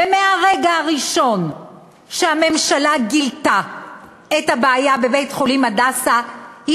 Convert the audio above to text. ומהרגע הראשון שהממשלה גילתה את הבעיה בבית-חולים "הדסה" היא